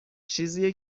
چیزی